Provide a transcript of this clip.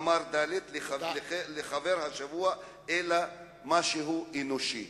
אמר ד' לחבר השבוע, אלא משהו אנושי".